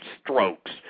strokes